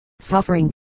suffering